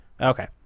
Okay